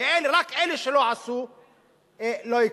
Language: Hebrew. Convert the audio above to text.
ורק אלה שלא עשו לא יקבלו.